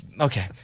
Okay